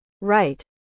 Right